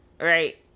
Right